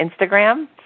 Instagram